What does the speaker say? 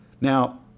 Now